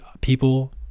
people